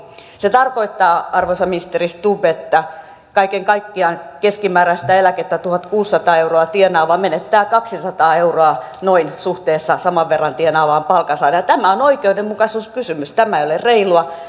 se tarkoittaa arvoisa ministeri stubb että kaiken kaikkiaan keskimääräistä eläkettä tuhatkuusisataa euroa tienaava menettää noin kaksisataa euroa suhteessa saman verran tienaavaan palkansaajaan tämä on oikeudenmukaisuuskysymys tämä ei ole reilua